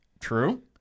True